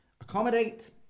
Accommodate